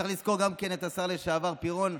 וצריך לזכור גם כן את השר לשעבר פירון,